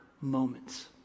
moments